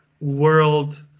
world